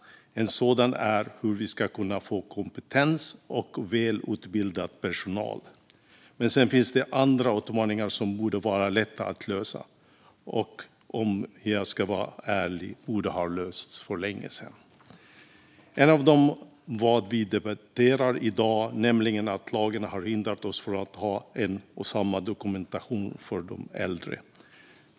En sådan är hur vi ska kunna få kompetens och välutbildad personal. Sedan finns det andra utmaningar som borde vara lätta att lösa och som, om jag ska vara ärlig, borde ha lösts för länge sedan. En av dem är det vi debatterar i dag, nämligen att lagen har hindrat oss från att ha en och samma dokumentation för de äldre.